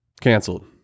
canceled